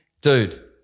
Dude